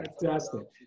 Fantastic